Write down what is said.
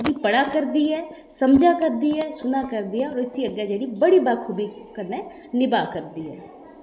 गी पढ़ा करदी ऐ समझा करदी ऐ सुना करदी ऐ ते इसी जेह्ड़ी बड़ी बखूबी कन्नै निभा करदी ऐ